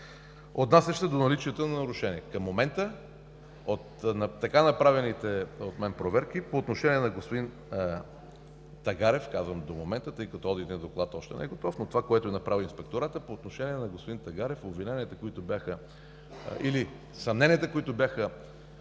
отнасящ се до наличието на нарушения. Към момента от така направените от мен проверки по отношение на господин Тагарев, казвам до момента, тъй като одитният доклад още не е готов но това което направи Инспекторатът по отношение на господин Тагарев, обвиненията, които бяха, или съмненията, които бяха